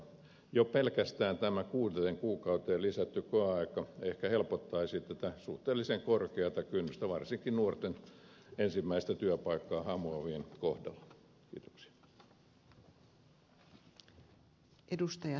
jo pelkästään tämä kuudeksi kuukaudeksi nostettu koeaika ehkä helpottaisi tätä suhteellisen korkeata kynnystä varsinkin nuorten ensimmäistä työpaikkaa hamuavien kohdalla